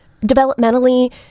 developmentally